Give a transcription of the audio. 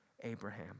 Abraham